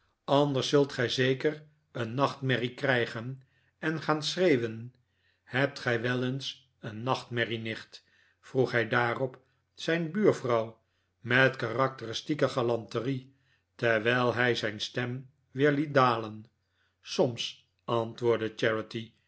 anders zult gij zeker een nachtmerrie krijgen en gaan schreeuwen hebt gij wel eens een nachtmerrie nicht vroeg hij daarop zijn buurvrouw met karakteristieke galanterie terwijl hij zijn stem weer liet dalen soms antwoordde